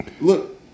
Look